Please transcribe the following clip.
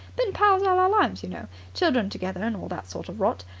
been pals all our lives, you know. children together, and all that sort of rot.